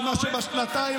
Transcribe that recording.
ומה שבשנתיים